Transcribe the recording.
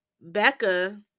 becca